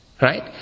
Right